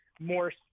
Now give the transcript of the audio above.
more